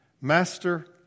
Master